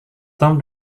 tom